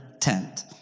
tent